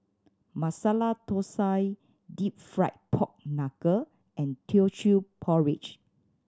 Masala Thosai Deep Fried Pork Knuckle and Teochew Porridge